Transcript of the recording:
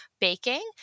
baking